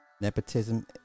nepotism